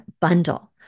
bundle